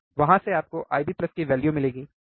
वहाँ से आपको IB की वैल्यू मिलेगी ठीक